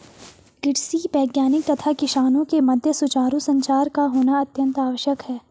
कृषि वैज्ञानिक तथा किसानों के मध्य सुचारू संचार का होना अत्यंत आवश्यक है